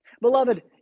Beloved